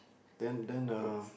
then then uh